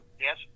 Yes